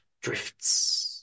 drifts